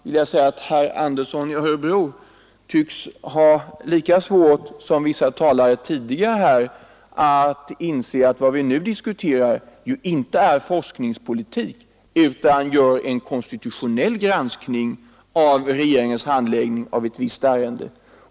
Herr Andersson i Örebro tycks ha lika svårt som vissa tidigare talare att inse att vi nu inte diskuterar forskningspolitik utan sysslar med en konstitutionell granskning av regeringens handläggning av ett visst ärende.